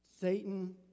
Satan